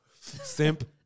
Simp